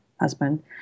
husband